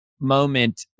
moment